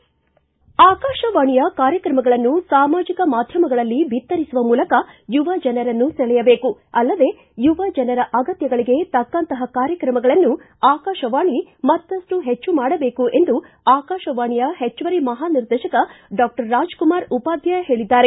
ಆಕಾಶವಾಣಿಯ ಕಾರ್ಯಕ್ರಮಗಳನ್ನು ಸಾಮಾಜಿಕ ಮಾಧ್ಯಮಗಳಲ್ಲಿ ಬಿತ್ತರಿಸುವ ಮೂಲಕ ಯುವ ಜನರನ್ನು ಸೆಳೆಯಬೇಕು ಅಲ್ಲದೇ ಯುವ ಜನರ ಅಗತ್ತಗಳಿಗೆ ತಕ್ಕಂತಹ ಕಾರ್ಯಕ್ರಮಗಳನ್ನು ಆಕಾಶವಾಣಿ ಮತ್ತಪ್ಪು ಹೆಚ್ಚು ಮಾಡಬೇಕು ಎಂದು ಆಕಾಶವಾಣಿಯ ಹೆಚ್ಚುವರಿ ಮಹಾನಿರ್ದೇಶಕ ಡಾಕ್ಷರ್ ರಾಜ್ಕುಮಾರ್ ಉಪಾಧ್ವಾಯ ಹೇಳಿದ್ದಾರೆ